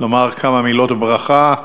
לומר כמה מילות ברכה.